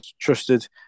trusted